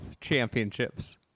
Championships